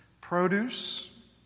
produce